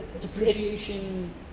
depreciation